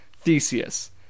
Theseus